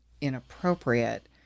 inappropriate